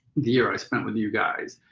the year i spent with you guys.